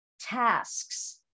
tasks